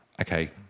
okay